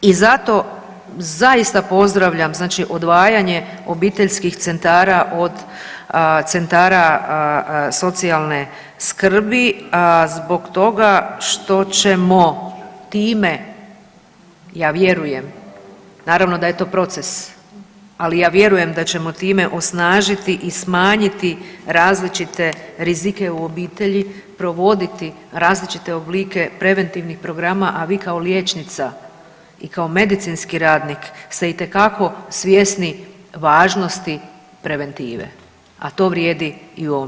I zato zaista pozdravljam odvajanje obiteljskih centara od centara socijalne skrbi zbog toga što ćemo time, ja vjerujem, naravno da je to proces, ali ja vjerujem da ćemo time osnažiti i smanjiti različite rizike u obitelji, provoditi različite oblike preventivnih programa, a vi kao liječnica i kao medicinski radnik ste itekako svjesni važnosti preventive, a to vrijedi i u ovom slučaju.